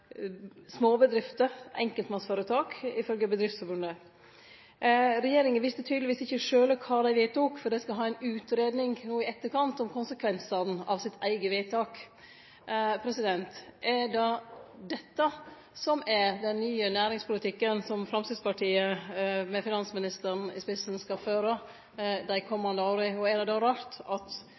småbedrifter – enkeltpersonføretak – ifølgje Bedriftsforbundet. Regjeringa visste tydelegvis ikkje sjølv kva ho vedtok, for ein skal ha ei utgreiing no i etterkant om konsekvensane av sitt eige vedtak. Er det dette som er den nye næringspolitikken som Framstegspartiet, med finansministeren i spissen, skal føre dei komande åra? Og er det då rart at